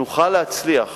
נוכל להצליח